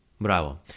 Bravo